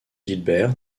guilbert